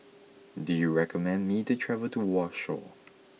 do you recommend me to travel to Warsaw